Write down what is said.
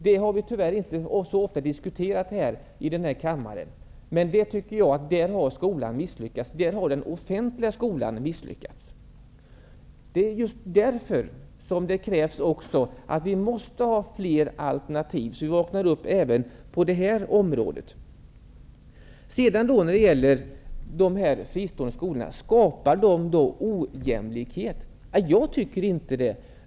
Det har vi tyvärr inte så ofta diskuterat här i kammaren. Där tycker jag att den offentliga skolan har misslyckats. Det är just därför som det krävs fler alternativ, så att vi vaknar upp även på det här området. Skapar de här fristående skolorna ojämlikhet? Jag tycker inte det.